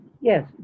yes